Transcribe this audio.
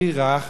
הכי רך,